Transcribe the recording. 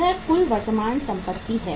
यह कुल वर्तमान संपत्ति है